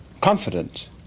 confident